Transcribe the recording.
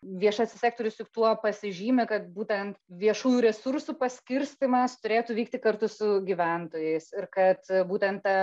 viešasis sektorius juk tuo pasižymi kad būtent viešųjų resursų paskirstymas turėtų vykti kartu su gyventojais ir kad būtent ta